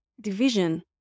division